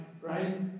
right